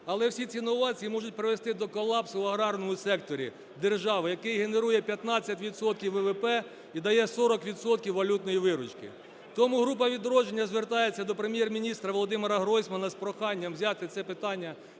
але всі ці новації можуть привести до колапсу в аграрному секторі держави, який генерує 15 відсотків ВВП і дає 40 відсотків валютної виручки. Тому група "Відродження" звертається до Прем’єр-міністра Володимира Гройсмана з проханням взяти це питання